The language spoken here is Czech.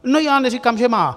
No já neříkám, že má.